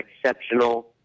exceptional